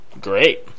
Great